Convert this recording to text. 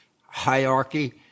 hierarchy